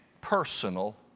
personal